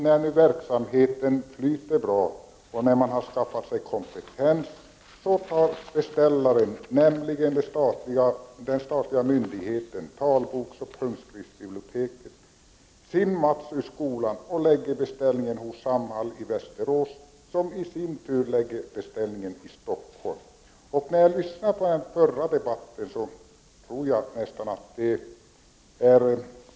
När verksamheten sedan flyter bra och man har skaffat sig kompetens, tar beställaren, det statliga talboksoch punktskriftsbiblioteket, sin Mats ur skolan och lägger beställningen hos Samhall i Västerås, som i sin tur lägger beställningen i Stockholm. Efter att ha lyssnat till debatten i den förra frågan tror jag att samma resonemang har gällt här.